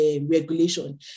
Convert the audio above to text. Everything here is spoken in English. regulation